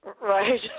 Right